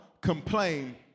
complain